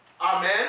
Amen